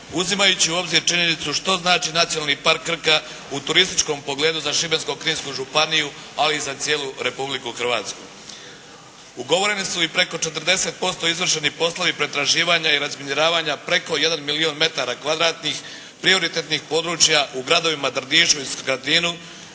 uzimajući u obzir činjenicu što znači Nacionalni park Krka u turističkom pogledu za Šibensko-kninsku županiju, ali i za cijelu Republiku Hrvatsku. Ugovoreni su i preko 40% izvršenih poslova pretraživanja i razminiravanja preko jedan milijun metara kvadratnih, prioritetnih područja u gradovima Drnišu i Skradinu